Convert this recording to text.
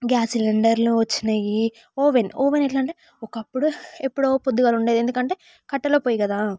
gas cylinder లు వచ్చినాయి oven oven ఎట్లా అంటే ఒకప్పుడు ఎప్పుడో పొద్దుగాల వండేది ఎందుకంటే కట్టెల పొయ్యి కదా